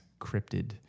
cryptid